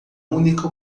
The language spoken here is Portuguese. única